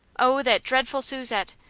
oh, that dreadful susette!